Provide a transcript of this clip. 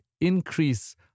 increase